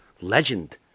legend